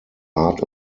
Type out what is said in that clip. art